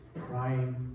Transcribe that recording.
crying